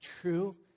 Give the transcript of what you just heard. true